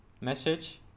message